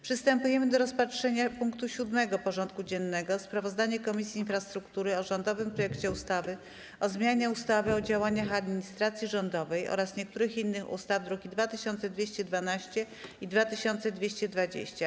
Przystępujemy do rozpatrzenia punktu 7. porządku dziennego: Sprawozdanie Komisji Infrastruktury o rządowym projekcie ustawy o zmianie ustawy o działach administracji rządowej oraz niektórych innych ustaw (druki nr 2212 i 2220)